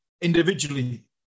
individually